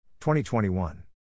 2021